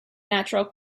natural